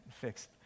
fixed